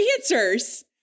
answers